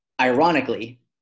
Ironically